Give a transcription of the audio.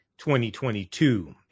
2022